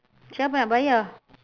siapa nak bayar